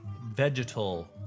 vegetal